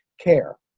care?